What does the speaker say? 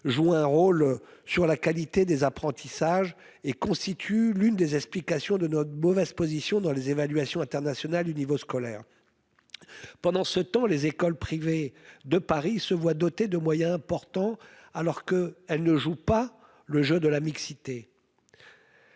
joue un rôle sur la qualité des apprentissages et constitue l'une des explications de notre mauvaise position dans les évaluations internationales du niveau scolaire. En parallèle, les écoles privées de Paris se voient doter de moyens importants, alors qu'elles ne jouent pas le jeu de la mixité.